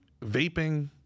vaping